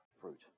fruit